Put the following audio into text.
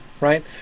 right